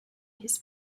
his